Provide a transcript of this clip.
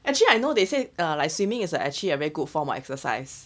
actually I know they say err like swimming is actually a very good form of exercise